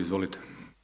Izvolite.